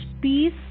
peace